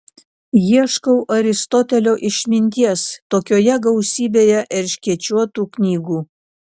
ieškau aristotelio išminties tokioje gausybėje erškėčiuotų knygų